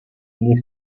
gli